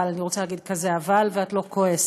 אבל, אני רוצה להגיד כזה "אבל", ואת לא כועסת.